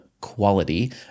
quality